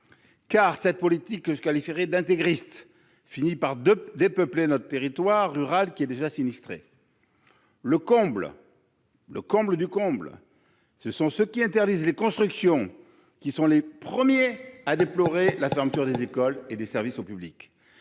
Car une telle politique, que je qualifierais d'« intégriste », finit de dépeupler notre territoire rural, qui est déjà sinistré. Comble du comble, ceux qui interdisent les constructions sont les premiers à déplorer la fermeture des écoles et des services aux publics